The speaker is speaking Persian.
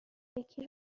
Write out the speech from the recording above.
یکی